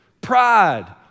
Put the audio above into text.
pride